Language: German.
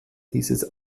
dieses